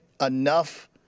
enough